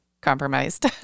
compromised